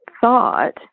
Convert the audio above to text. thought